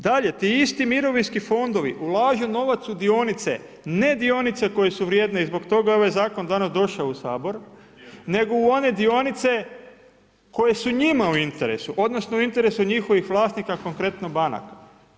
Dalje, ti isti mirovinski fondovi ulažu novac u dionice, ne dionice koje su vrijedne i zbog toga je ovaj zakon danas došao u Sabor, nego u one dionice koje su njima u interesu odnosno u interesu njihovih vlasnika, konkretno banaka.